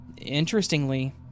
Interestingly